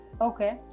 Okay